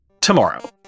tomorrow